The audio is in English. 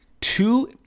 two